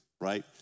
right